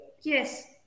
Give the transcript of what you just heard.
yes